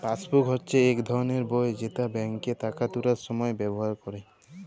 passbook হচ্যে ইক ধরলের বই যেট ব্যাংকে টাকা তুলার সময় ব্যাভার ক্যরে